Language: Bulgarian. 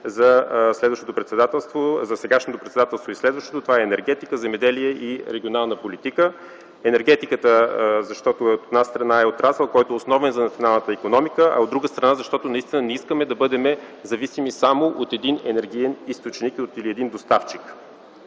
за сегашното и следващото председателство – това е енергетика, земеделие и регионална политика. Енергетиката, защото, от една страна, е отрасъл, който е основен за националната икономика, а от друга страна, защото наистина не искаме да бъдем зависими само от един енергиен източник или от един доставчик.